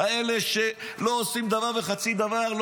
אלה שלא עושים דבר וחצי דבר,